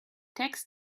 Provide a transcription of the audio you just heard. tax